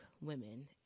women